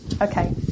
Okay